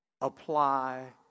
apply